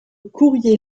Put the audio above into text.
courrier